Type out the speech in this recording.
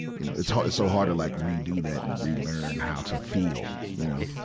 you know, it's ha, it's so hard to like redo that and relearn how to feel, you know.